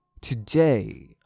today